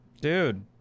dude